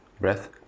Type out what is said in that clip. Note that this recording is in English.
breath